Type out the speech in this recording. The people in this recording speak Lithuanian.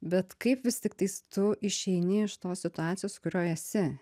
bet kaip vis tiktais tu išeini iš tos situacijos kurioj esi